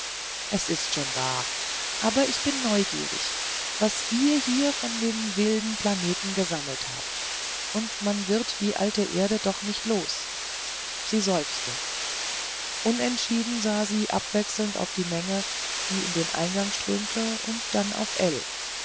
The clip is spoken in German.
es ist schon wahr aber ich bin neugierig was ihr hier von dem wilden planeten gesammelt habt und man wird die alte erde doch nicht los sie seufzte unentschieden sah sie abwechselnd auf die menge die in den eingang strömte und dann auf